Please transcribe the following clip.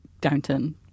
Downton